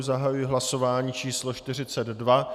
Zahajuji hlasování číslo 42.